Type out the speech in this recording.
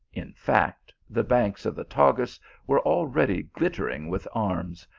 in fact, the banks of the tagus were already glittering with arms,